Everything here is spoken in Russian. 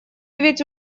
ведь